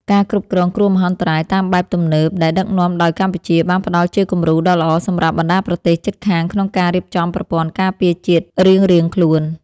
ការគ្រប់គ្រងគ្រោះមហន្តរាយតាមបែបទំនើបដែលដឹកនាំដោយកម្ពុជា បានផ្តល់ជាគំរូដ៏ល្អសម្រាប់បណ្តាប្រទេសជិតខាងក្នុងការរៀបចំប្រព័ន្ធការពារជាតិរៀងៗខ្លួន។